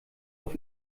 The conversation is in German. auf